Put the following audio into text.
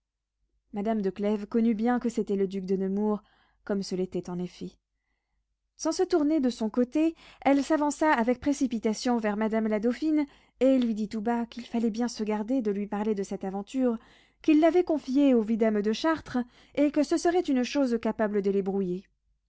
madame de clèves connut bien que c'était le duc de nemours comme ce l'était en effet sans se tourner de son côté elle s'avança avec précipitation vers madame la dauphine et lui dit tout bas qu'il fallait bien se garder de lui parler de cette aventure qu'il l'avait confiée au vidame de chartres et que ce serait une chose capable